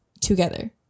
together